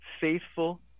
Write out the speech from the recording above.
faithful